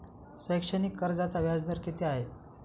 शैक्षणिक कर्जाचा व्याजदर किती आहे?